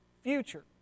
future